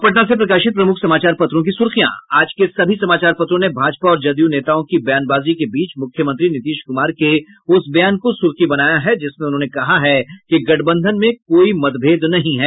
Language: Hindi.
अब पटना से प्रकाशित प्रमुख समाचार पत्रों की सुर्खियां आज के सभी समाचार पत्रों ने भाजपा और जदयू नेताओं की बयानबाजी के बीच मुख्यमंत्री नीतीश कुमार के उस बयान को सुर्खी बनाया है जिसमें उन्होंने कहा है कि गठबंधन में कोई मतभेद नहीं है